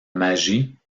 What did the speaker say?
magie